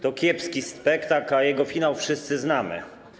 To kiepski spektakl, a jego finał wszyscy znamy.